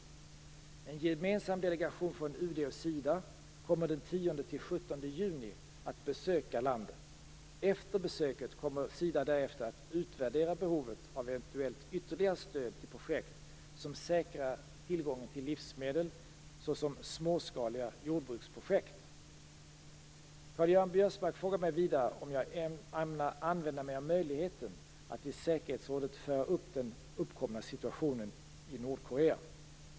En gemensam delegation från UD och Sida kommer den 10-17 juni att besöka landet. Efter besöket kommer Sida att utvärdera behovet av eventuellt ytterligare stöd till projekt som säkrar tillgången till livsmedel, såsom småskaliga jordbruksprojekt. Karl-Göran Biörsmark frågar mig vidare om jag ämnar använda mig av möjligheten att i säkerhetsrådet föra upp den uppkomna situationen i Nordkorea.